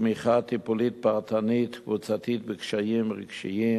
תמיכה טיפולית פרטנית קבוצתית בקשיים רגשיים,